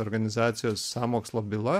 organizacijos sąmokslo byla